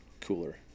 cooler